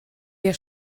wir